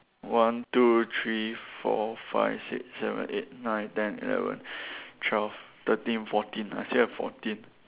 one two three four five six seven eight nine ten eleven twelve thirteen fourteen I still have fourteen